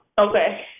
Okay